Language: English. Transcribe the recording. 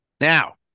Now